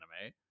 anime